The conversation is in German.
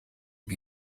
wie